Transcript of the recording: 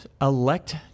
elect